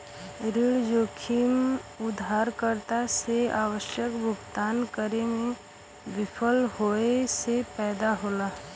ऋण जोखिम उधारकर्ता से आवश्यक भुगतान करे में विफल होये से पैदा होला